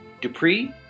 Dupree